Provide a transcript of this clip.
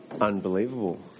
Unbelievable